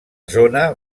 zona